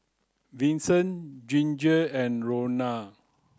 Vinson Ginger and Ronal